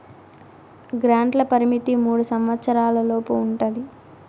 గ్రాంట్ల పరిమితి మూడు సంవచ్చరాల లోపు ఉంటది